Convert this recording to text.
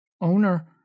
owner